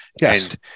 Yes